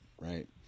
right